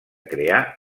crear